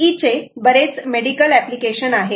BLE चे बरेच medical application आहेत